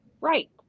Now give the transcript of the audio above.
right